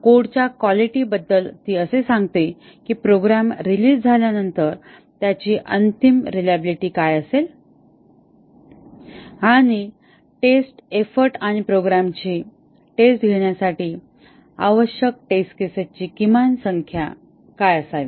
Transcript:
कोडच्या क्वालिटी बद्दल ती असे सांगते की प्रोग्राम रिलीज झाल्यानंतर त्याची अंतिम रिलाएबिलटी काय असेल आणि टेस्ट एफर्ट आणि प्रोग्रामची टेस्ट घेण्यासाठी आवश्यक टेस्ट केसेसची किमान संख्या काय असावी